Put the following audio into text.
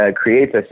creates